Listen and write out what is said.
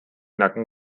nacken